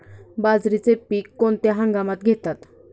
बाजरीचे पीक कोणत्या हंगामात घेतात?